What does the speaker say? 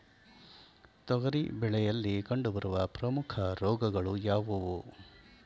ತೊಗರಿ ಬೆಳೆಯಲ್ಲಿ ಕಂಡುಬರುವ ಪ್ರಮುಖ ರೋಗಗಳು ಯಾವುವು?